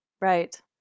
right